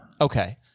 Okay